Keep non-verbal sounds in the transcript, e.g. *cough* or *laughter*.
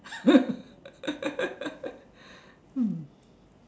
*laughs*